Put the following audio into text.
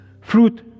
Fruit